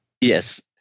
Yes